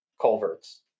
culverts